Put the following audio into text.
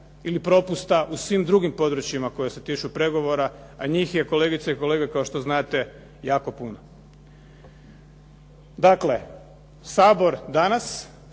ili propusta u svim drugim područjima koje se tiču pregovora, a njih je kolegice i kolege kao što znate jako puno. Dakle, Sabor danas